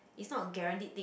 it's not a guaranteed thing